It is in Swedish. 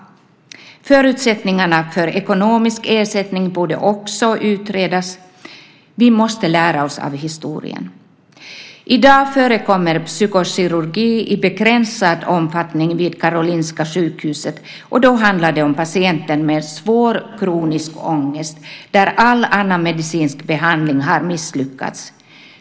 Förutsättningarna för ekonomisk ersättning borde också utredas. Vi måste lära oss av historien. I dag förekommer psykokirurgi i begränsad omfattning vid Karolinska sjukhuset, och då handlar det om patienter med svår kronisk ångest där all annan medicinsk behandling har misslyckats.